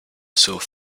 sore